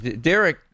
Derek